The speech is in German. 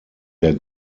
der